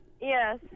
Yes